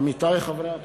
עמיתי חברי הכנסת,